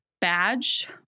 badge